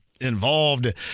involved